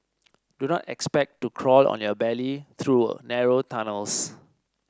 do not expect to crawl on your belly through narrow tunnels